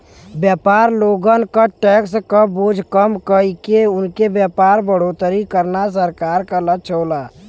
व्यापारी लोगन क टैक्स क बोझ कम कइके उनके व्यापार में बढ़ोतरी करना सरकार क लक्ष्य होला